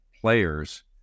players